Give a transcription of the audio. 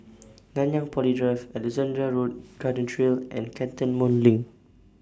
Nanyang Poly Drive Alexandra Road Garden Trail and Cantonment LINK